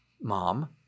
mom